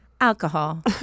Alcohol